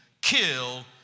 kill